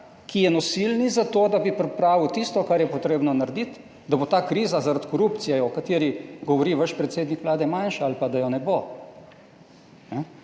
ki je nosilni zato, da bi pripravil tisto, kar je potrebno narediti, da bo ta kriza zaradi korupcije, o kateri govori vaš predsednik Vlade, manjša ali pa da je ne bo.